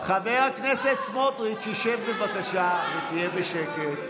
חבר הכנסת סמוטריץ', תשב בבקשה, ותהיה בשקט.